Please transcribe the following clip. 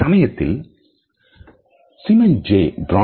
இந்த சமயத்தில் சிமெண் பிரானர் Simon J